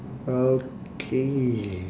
okay